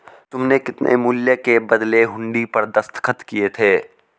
तुमने कितने मूल्य के बदले हुंडी पर दस्तखत किए थे?